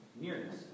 nearness